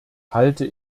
halte